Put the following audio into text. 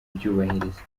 kubyubahiriza